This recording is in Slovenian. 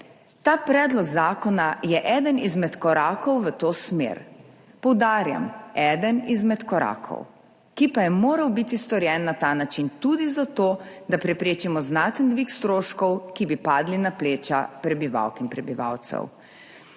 Ta predlog zakona je eden izmed korakov v to smer, poudarjam, eden izmed korakov, ki pa je moral biti storjen na ta način tudi zato, da preprečimo znaten dvig stroškov, ki bi padli na pleča prebivalk in prebivalcev,